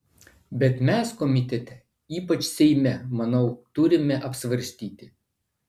bet mes komitete ypač seime manau turime apsvarstyti